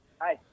Hi